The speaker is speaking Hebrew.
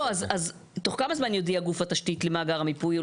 אז תוך כמה זמן יודיע גוף תשתית למאגר המיפוי,